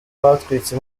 batwitse